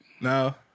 No